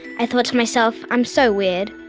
i thought to myself, i'm so weird.